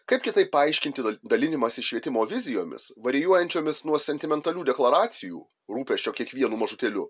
kaip kitaip paaiškinti dalinimąsi švietimo vizijomis varijuojančiomis nuo sentimentalių deklaracijų rūpesčio kiekvienu mažutėliu